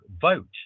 vote